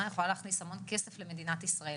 יכולה להכניס המון כסף למדינת ישראל